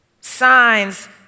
signs